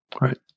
Right